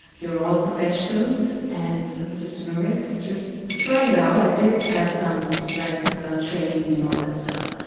they were all professionals and i was just a novice, i was trying it out. i did have some like training in all that stuff.